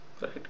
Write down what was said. right